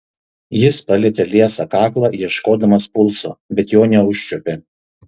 jis palietė liesą kaklą ieškodamas pulso bet jo neužčiuopė